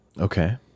Okay